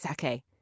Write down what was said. sake